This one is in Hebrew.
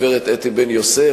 הגברת אתי בן-יוסף,